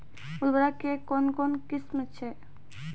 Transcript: उर्वरक कऽ कून कून किस्म छै?